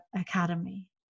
Academy